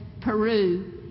Peru